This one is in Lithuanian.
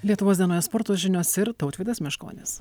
lietuvos dienoje sporto žinios ir tautvydas meškonis